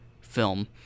film